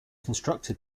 constructed